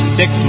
six